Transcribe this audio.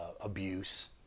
abuse